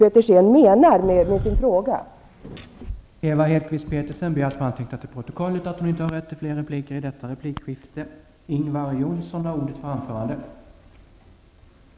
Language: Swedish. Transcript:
Petersen anhållit att till protokollet få antecknat att hon inte ägde rätt till ytterligare replik.